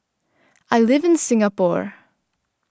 I live in Singapore